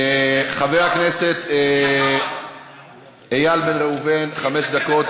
חבר הכנסת איל בן ראובן, חמש דקות.